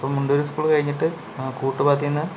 അപ്പം മുണ്ടൂര് സ്കൂൾ കഴിഞ്ഞിട്ട് ആ കൂട്ട് പാതയിൽനിന്ന്